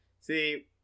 see